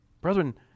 Brethren